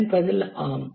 இதன் பதில் ஆம்